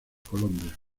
colombia